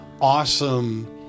awesome